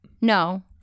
No